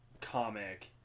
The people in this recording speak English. comic